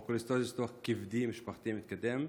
או כולסטוזיס תוך-כבדי משפחתי מתקדם.